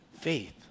Faith